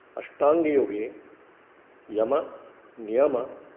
अष्टाङ्गयोगे यम नियम